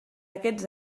aquests